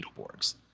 Beetleborgs